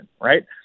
right